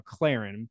McLaren